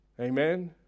Amen